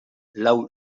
lau